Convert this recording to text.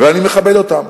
ואני מכבד אותם